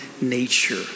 nature